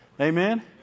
Amen